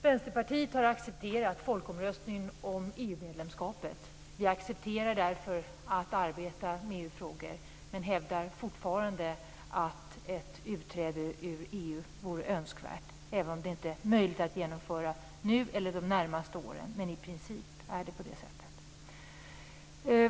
Herr talman! Vänsterpartiet har accepterat folkomröstningen om EU-medlemskapet. Vi accepterar därför att arbeta med EU-frågor, men hävdar fortfarande att ett utträde ur EU vore önskvärt även om det inte är möjligt att genomföra nu eller under de närmaste åren. Men i princip är det på det sättet.